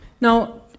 Now